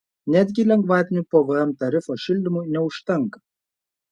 netgi lengvatinio pvm tarifo šildymui neužtenka